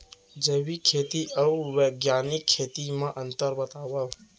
जैविक खेती अऊ बैग्यानिक खेती म अंतर बतावा?